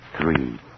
three